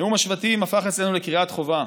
נאום השבטים הפך אצלנו לקריאת חובה.